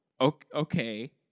okay